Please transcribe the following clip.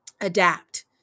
adapt